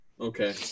Okay